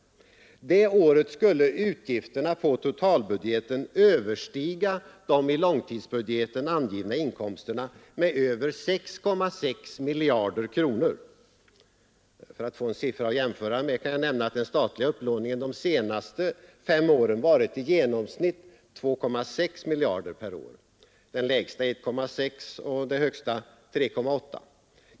Det året skulle utgifterna på totalbudgeten överstiga de i långtidsbudgeten angivna inkomsterna med över 6,6 miljarder kronor. För att få en siffra att jämföra med kan jag nämna att den statliga upplåningen de senaste fem åren varit i genomsnitt 2,6 miljarder per år — lägst 1,6 och högst 3,8.